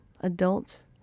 Adults